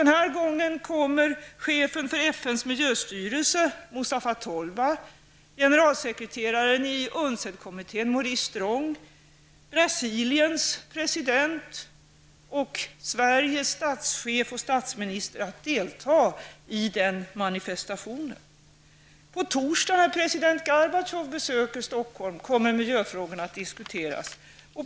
Den här gången kommer chefen för FNs miljöstyrelse Mustafi Tobla och generalsekreteraren i UNCED-kommittén Maurice Strong, Brasiliens president och Sveriges statsminister kommer att delta i den manifestationen. Stockholm, kommer miljöfrågorna att diskuteras.